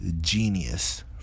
genius